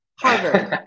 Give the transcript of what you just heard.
Harvard